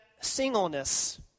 singleness